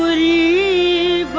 e